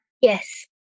yes